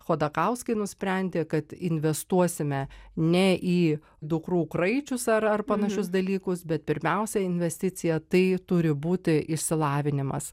chodakauskai nusprendė kad investuosime ne į dukrų kraičius ar ar panašius dalykus bet pirmiausia investicija tai turi būti išsilavinimas